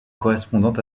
correspondant